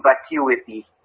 vacuity